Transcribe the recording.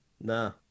no